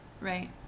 Right